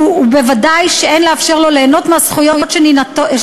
וודאי שאין לאפשר לו ליהנות מהזכויות שניתנות